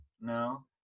No